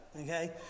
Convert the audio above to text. okay